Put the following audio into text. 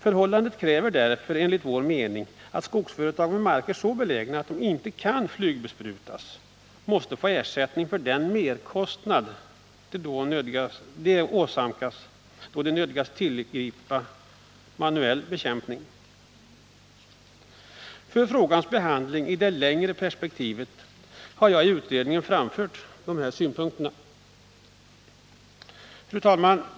Förhållandet kräver därför enligt vår mening att skogsföretag med marker som är så belägna att de inte kan flygbesprutas får ersättning för den merkostnad de 131 åsamkas då de nödgas tillgripa manuell bekämpning. För frågans behandling i det längre perspektivet har jag i utredningen anfört dessa synpunkter. Fru talman!